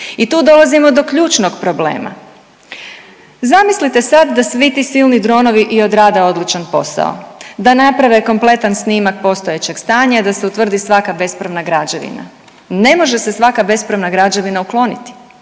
I tu dolazimo do ključnog problema. Zamislite sad da ti svi silno dronovi i odrade odličan posao, da naprave kompletan snimak postojećeg stanja, da se utvrdi svaka bespravna građevina. Ne može se svaka bespravna građevina ukloniti.